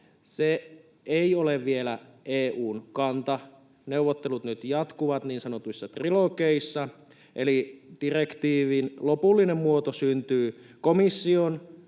ei ole vielä EU:n kanta. Neuvottelut jatkuvat nyt niin sanotuissa trilogeissa, eli direktiivin lopullinen muoto syntyy komission,